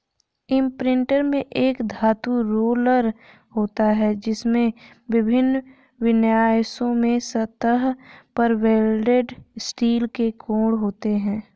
imprinter में एक धातु रोलर होता है, जिसमें विभिन्न विन्यासों में सतह पर वेल्डेड स्टील के कोण होते हैं